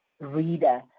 reader